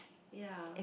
ya